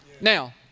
Now